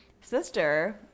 sister